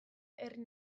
herri